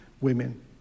women